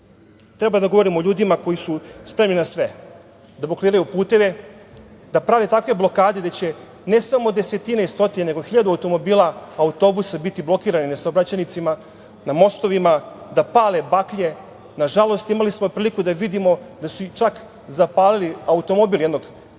treba da govorim o ljudima koji su spremni na sve, da blokiraju puteve, da prave takve blokade da će, ne samo desetine i stotine, nego hiljadu automobila, autobusa biti blokirani na saobraćajnicama, na mostovima, da pale baklje. Nažalost, imali smo priliku da vidimo da su čak zapalili automobil jednog građanina